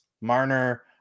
Marner